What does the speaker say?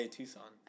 Tucson